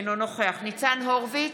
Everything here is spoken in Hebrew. אינו נוכח ניצן הורוביץ,